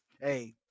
Hey